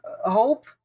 hope